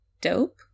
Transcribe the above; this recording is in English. dope